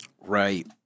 Right